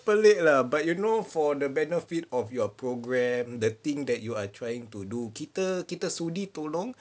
pelik lah but you know for the benefit of your program the thing that you are trying to do kita kita sudi tolong